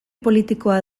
politikoa